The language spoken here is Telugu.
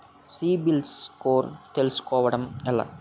సిబిల్ స్కోర్ తెల్సుకోటం ఎలా?